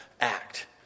act